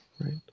Right